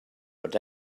but